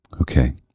Okay